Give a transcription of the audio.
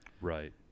right